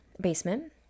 basement